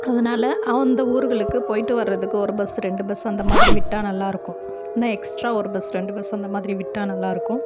அதனால அந்த ஊருகளுக்கு போயிட்டு வர்றதுக்கு ஒரு பஸ் ரெண்டு பஸ் அந்த மாதிரி விட்டால் நல்லாயிருக்கும் இன்னும் எக்ஸ்ட்ரா ஒரு பஸ் ரெண்டு பஸ் அந்த மாதிரி விட்டால் நல்லாயிருக்கும்